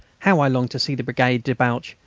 how i longed to see the brigade debouch,